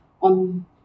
on